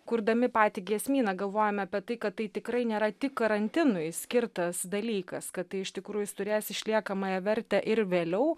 kurdami patį giesmyną galvojome apie tai kad tai tikrai nėra tik karantinui skirtas dalykas kad tai iš tikrųjų jis turės išliekamąją vertę ir vėliau